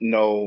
no